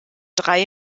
drei